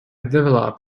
develop